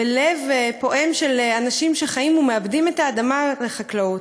בלב פועם של אנשים שחיים ומעבדים את האדמה לחקלאות.